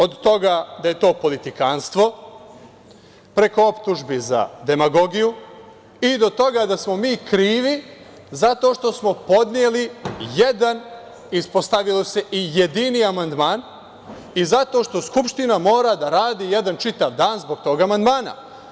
Od toga da je to politikanstvo, preko optužbi za demagogiju i do toga da smo mi krivi zato što smo podneli jedan, ispostavilo se i jedini amandman i zato što Skupština mora da radi jedan čitav dan zbog tog amandmana.